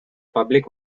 public